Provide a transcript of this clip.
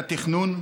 התכנון,